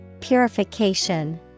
purification